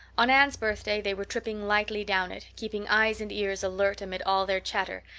on anne's birthday they were tripping lightly down it, keeping eyes and ears alert amid all their chatter,